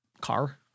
car